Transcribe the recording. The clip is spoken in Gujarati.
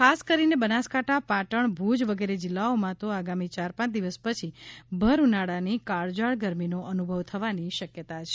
ખાસ કરીને બનાસકાંઠા પાટણ ભૂજ વગેરે જિલ્લાઓમાં તો આગામી ચાર પાંચ દિવસ પછી ભરઉનાળાની કાળઝાળ ગરમીનો અનુભવ થવાની શક્યતા છે